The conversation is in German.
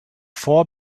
vor